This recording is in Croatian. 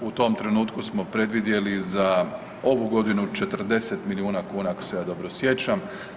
U tom trenutku smo predvidjeli za ovu godinu 40 milijuna kuna, ako se ja dobro sjećam.